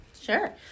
Sure